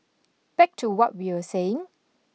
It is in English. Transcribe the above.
back to what we were saying